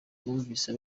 numvise